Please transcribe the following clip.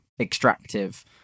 extractive